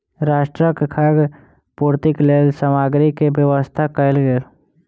राष्ट्रक खाद्य पूर्तिक लेल सामग्री के व्यवस्था कयल गेल